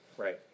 Right